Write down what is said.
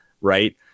right